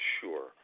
Sure